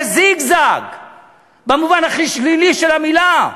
זה זיגזג במובן הכי שלילי של המילה,